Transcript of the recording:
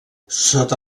sota